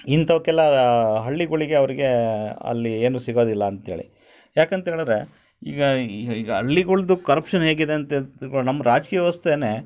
ಇಂಥವಕ್ಕೆಲ್ಲ ಹಳ್ಳಿಗಳಿಗೆ ಅವ್ರಿಗೆ ಅಲ್ಲಿ ಏನೂ ಸಿಗೋದಿಲ್ಲ ಅಂತೇಳಿ ಯಾಕಂತೇಳಿದ್ರೆ ಈಗ ಹಳ್ಳಿಗಳ್ದು ಕರಪ್ಷನ್ ಹೇಗಿದೆ ಅಂತ ತಿಳ್ಕೊಂಡು ನಮ್ಮ ರಾಜಕೀಯ ವ್ಯವಸ್ಥೇನೆ